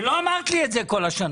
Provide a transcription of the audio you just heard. ולא אמרת לי את זה כל השנה.